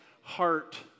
heart